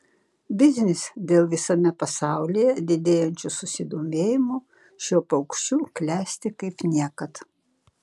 biznis dėl visame pasaulyje didėjančio susidomėjimo šiuo paukščiu klesti kaip niekad